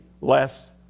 less